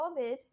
covid